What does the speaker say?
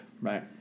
Right